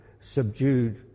subdued